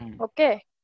Okay